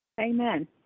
Amen